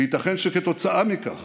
וייתכן שכתוצאה מכך